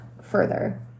further